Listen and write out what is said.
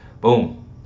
boom